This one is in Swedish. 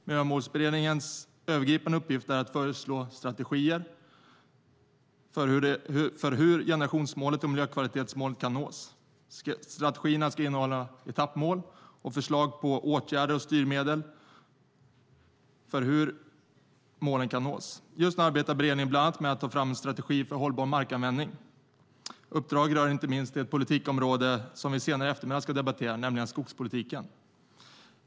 Miljömålsberedningens övergripande uppgift är att föreslå strategier för hur generationsmålet och miljökvalitetsmålen kan nås. Strategierna ska innehålla etappmål och förslag till åtgärder och styrmedel. Just nu arbetar beredningen bland annat med att ta fram en strategi för hållbar markanvändning. Uppdraget rör inte minst det politikområde som vi senare i eftermiddag ska debattera, nämligen skogspolitiken.